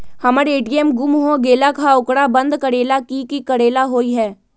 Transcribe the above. हमर ए.टी.एम गुम हो गेलक ह ओकरा बंद करेला कि कि करेला होई है?